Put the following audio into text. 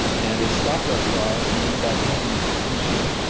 and it stopped our car, and aimed that cannon through the windshield.